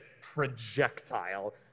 projectile